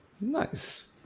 Nice